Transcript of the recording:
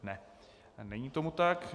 Ne, není tomu tak.